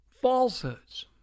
falsehoods